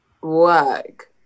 work